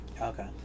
Okay